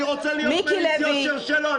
אני רוצה להיות מליץ יושר שלו.